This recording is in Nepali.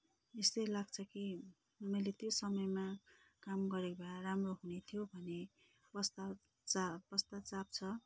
यस्तै लाग्छ कि मैले त्यो समयमा काम गरेको भए राम्रो हुनेथ्यो भने पश्ताव चा पश्चात्ताप छ